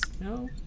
No